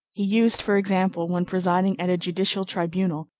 he used, for example, when presiding at a judicial tribunal,